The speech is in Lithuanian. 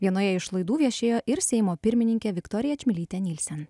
vienoje iš laidų viešėjo ir seimo pirmininkė viktorija čmilytė nilsen